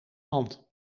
mand